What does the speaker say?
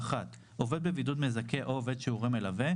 (1)עובד בבידוד מזכה או עובד שהוא הורה מלווה,